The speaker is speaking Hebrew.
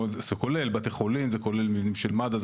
זה כולל מבנים של מד"א,